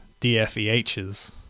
DFEH's